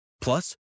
Plus